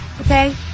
okay